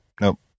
nope